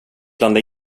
blanda